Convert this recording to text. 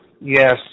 Yes